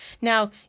Now